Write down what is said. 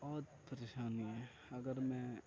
بہت پریشانی ہے اگر میں